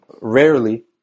rarely